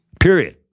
Period